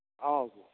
हॅं